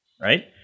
right